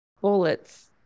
Bullets